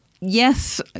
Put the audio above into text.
yes